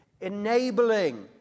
enabling